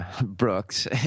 Brooks